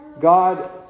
God